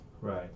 Right